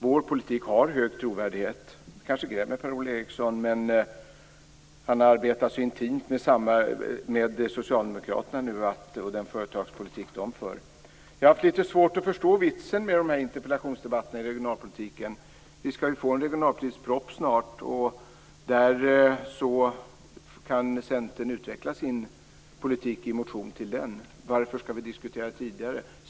Vår politik har hög trovärdighet. Det kanske grämer Per-Ola Eriksson, som nu arbetar så intimt med socialdemokraterna kring den företagspolitik de för. Jag har haft litet svårt att förstå vitsen med de här interpellationsdebatterna om regionalpolitiken. Vi skall ju snart få en regionalpolitisk proposition, och Centern kan då utveckla sin politik i en motion med anledning av den. Varför skall vi diskutera detta tidigare?